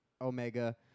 Omega